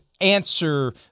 answer